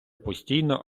постійно